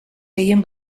feien